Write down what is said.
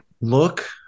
Look